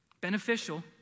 Beneficial